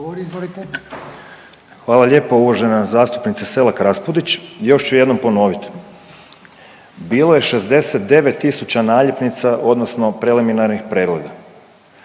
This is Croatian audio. Hvala lijepo. Uvažena zastupnice Selak Raspudić, još ću jednom ponovit, bilo je 69 tisuća naljepnica odnosno preliminarnih pregleda,